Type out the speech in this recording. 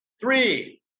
three